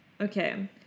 okay